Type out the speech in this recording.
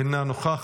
אינו נוכח,